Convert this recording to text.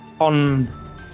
On